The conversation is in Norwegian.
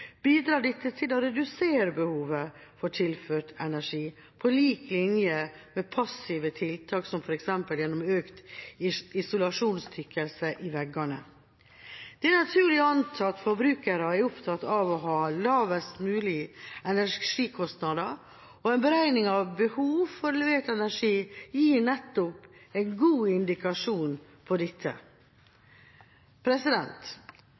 bidrar dette til å redusere behovet for tilført energi, på lik linje med passive tiltak, som f.eks. gjennom økt isolasjonstykkelse i veggene. Det er naturlig å anta at forbrukerne er opptatt av å ha lavest mulig energikostnader, og en beregning av behov for levert energi gir nettopp en god indikasjon på dette. Så er selvsagt ikke dagens energimerkeordning perfekt. Jeg er glad for